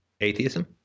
atheism